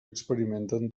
experimenten